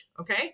Okay